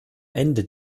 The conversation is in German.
ende